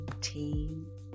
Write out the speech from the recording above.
team